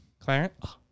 Clarence